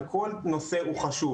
כל נושא הוא חשוב.